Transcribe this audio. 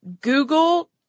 Google